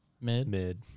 mid